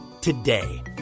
Today